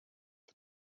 for